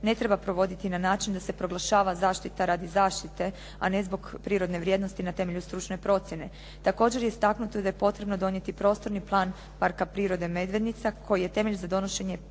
ne treba provodi na način da se proglašava zaštita radi zaštite a ne zbog prirodne vrijednosti na temelju stručne procjene. Također je istaknuto da je potrebno donijeti prostorni plan Parka prirode Medvednica koji je temelj za donošenje